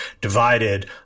divided